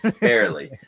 barely